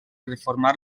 reformar